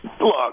Look